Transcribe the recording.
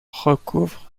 recouvre